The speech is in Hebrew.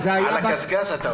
חישוב על הקשקש, אתה אומר.